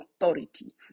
authority